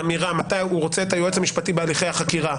ובא היועץ המשפטי והחליט שהוא שם את המסננת הזאת על המשטרה,